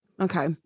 Okay